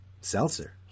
Seltzer